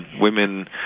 women